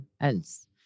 else